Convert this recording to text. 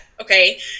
Okay